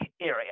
area